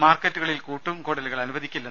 മാർക്കറ്റുകളിൽ കൂട്ടംകൂടലുകൾ അനുവദിക്കില്ല